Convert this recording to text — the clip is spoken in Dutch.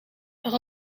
maar